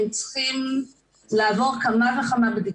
הם צריכים לעבור כמה וכמה בדיקות.